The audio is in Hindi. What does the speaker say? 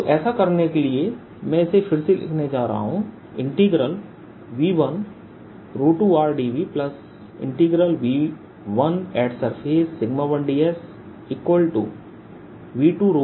तो ऐसा करने के लिए मैं इसे फिर से लिखने जा रहा हूँ V12rdVV1surface1dSV21rdVV2surface1dS